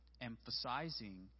emphasizing